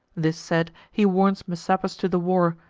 this said, he warns messapus to the war,